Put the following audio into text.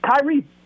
Kyrie